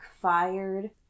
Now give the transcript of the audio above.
fired